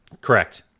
Correct